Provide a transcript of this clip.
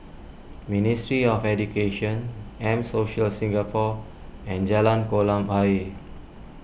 Ministry of Education M Social Singapore and Jalan Kolam Ayer